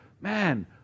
man